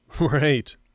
Right